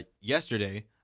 yesterday